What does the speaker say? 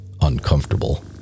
uncomfortable